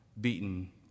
beaten